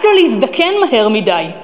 רק לא להזדקן מהר מדי,